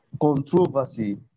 controversy